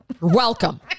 Welcome